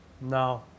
No